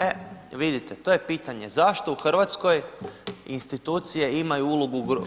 E vidite, to je pitanje, zašto u Hrvatskoj institucije imaju ulogu